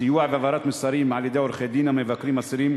סיוע והעברת מסרים על-ידי עורכי-דין המבקרים אסירים,